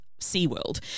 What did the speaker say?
SeaWorld